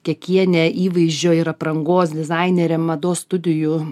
kekienė įvaizdžio ir aprangos dizainerė mados studijų